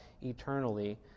eternally